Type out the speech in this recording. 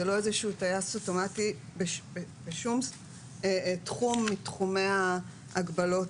זה לא איזה שהוא טייס אוטומטי בשום תחום מתחומי ההגבלות,